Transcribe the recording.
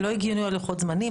לא הגיוני לוחות הזמנים.